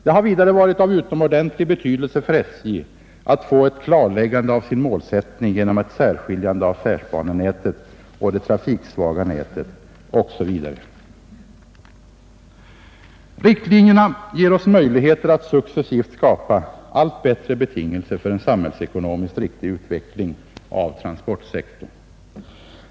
Det har vidare varit av utomordentlig betydelse för SJ att få ett klarläggande av sin målsättning genom ett särskiljande av affärsbanenätet och det trafiksvaga nätet osv. Riktlinjerna ger oss möjligheter att skapa allt bättre betingelser för en samhällsekonomiskt riktig utveckling av transportsektorn.